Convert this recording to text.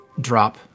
drop